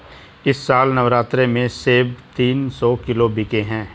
इस साल नवरात्रि में सेब तीन सौ किलो बिके हैं